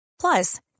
Plus